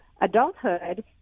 adulthood